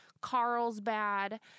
Carlsbad